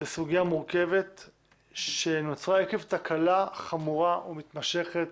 בסוגיה מורכבת שנוצרה עקב תקלה חמורה ומתמשכת